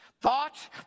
thought